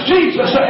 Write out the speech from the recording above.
Jesus